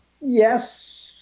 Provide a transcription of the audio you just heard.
Yes